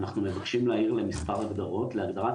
אנחנו מבקשים להעיר למספר הגדרות.